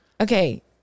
Okay